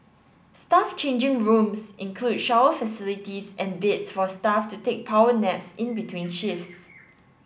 staff changing rooms include shower facilities and beds for staff to take power naps in between shifts